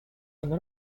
and